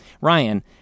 Ryan